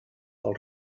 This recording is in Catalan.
pel